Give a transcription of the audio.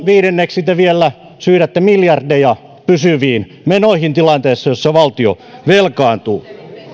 viidenneksi te vielä syydätte miljardeja pysyviin menoihin tilanteessa jossa valtio velkaantuu